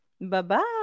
bye-bye